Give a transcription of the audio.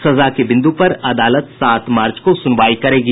सजा के बिन्दु पर अदालत सात मार्च को सुनवाई करेगी